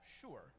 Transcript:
sure